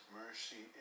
mercy